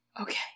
okay